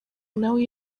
nawe